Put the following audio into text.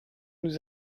nous